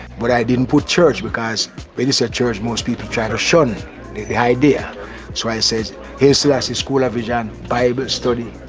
but i didn't put church because when you say church, most people try to shun the the idea so i say here's selassie, school of the jah. and bible study,